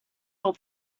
your